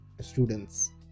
students